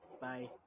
Bye